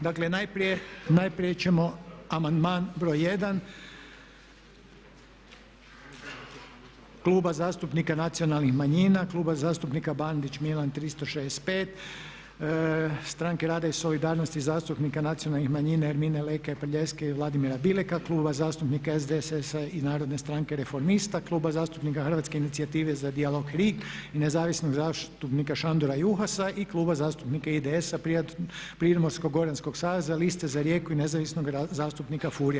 Dakle, najprije ćemo amandman broj jedan Kluba zastupnika nacionalnih manjina, Kluba zastupnika Bandić Milan 365 - Stranke rada i solidarnosti i zastupnika nacionalnih manjina Ermine Lekaj Prljaskaj i Vladimira Bileka, Kluba zastupnika SDSS-a i Narodne stranke reformista, Kluba zastupnika Hrvatske inicijative za dijalog HRID i nezavisnog zastupnika Šandora Juhasa i Kluba zastupnika IDS-a Primorsko-goranskog saveza liste za Rijeku i nezavisnog zastupnika Furia Radina.